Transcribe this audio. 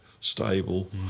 stable